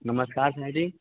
नमस्कार सर जी